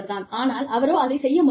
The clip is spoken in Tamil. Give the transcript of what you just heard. ஆனால் அவரோ அதைச் செய்ய மறுக்கிறார்